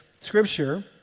scripture